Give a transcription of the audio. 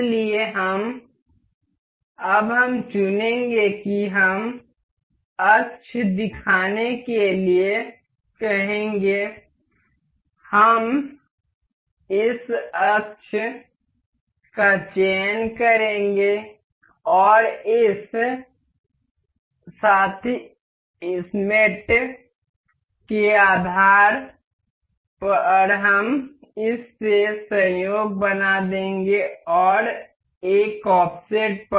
इसलिए अब हम चुनेंगे कि हम अक्ष दिखाने के लिए कहेंगे हम इस अक्ष का चयन करेंगे और इस साथी का आधार हम इसे संयोग बना देंगे और एक ऑफसेट पर